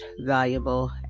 valuable